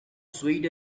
swayed